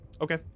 Okay